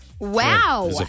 Wow